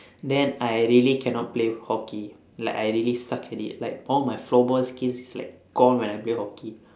then I really cannot play hockey like I really suck at it like all my floorball skills like gone when I play hockey